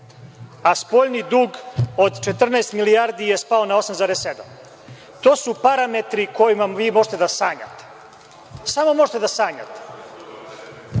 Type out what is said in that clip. Spoljni dug od 14 milijardi je spao na 8,7. To su parametri o kojima vi možete da sanjate. Samo možete da sanjate. To